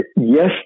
Yes